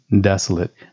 desolate